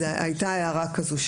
הייתה הערה כזו,